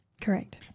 Correct